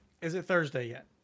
Is-it-Thursday-yet